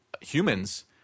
humans